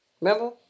Remember